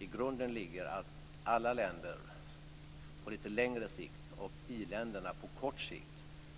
I grunden ligger att alla länder på lite längre sikt och i-länderna på kort sikt